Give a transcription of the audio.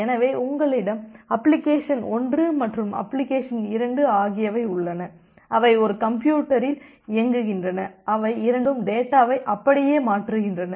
எனவே உங்களிடம் அப்ளிகேஷன் 1 மற்றும் அப்ளிகேஷன் 2 ஆகியவை உள்ளன அவை ஒரு கம்ப்யூட்டரில் இயங்குகின்றன அவை இரண்டும் டேட்டாவை அப்படியே மாற்றுகின்றன